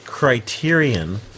Criterion